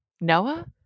Noah